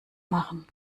machen